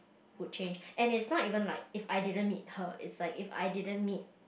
would change and it's not even like if I didn't meet her it's like if I didn't meet